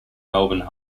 melbourne